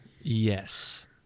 Yes